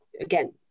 again